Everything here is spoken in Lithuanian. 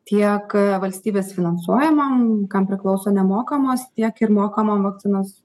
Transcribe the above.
tiek valstybės finansuojamom kam priklauso nemokamos tiek ir mokamom vakcinos